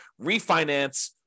refinance